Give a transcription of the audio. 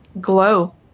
glow